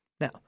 Now